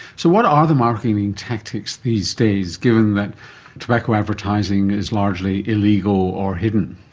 so what are the marketing tactics these days, given that tobacco advertising is largely illegal or hidden?